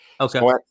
Okay